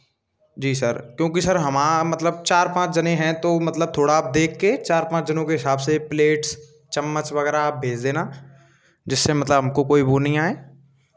जी sir क्योंकि sir हमारा मतलब चार पाँच जने हैं तो मतलब थोड़ा आप देख के चार पाँच जनों के हिसाब से प्लेट्स चम्मच वगैरह आप भेज़ देना जिससे मतलब हमको कोई वो नहीं आए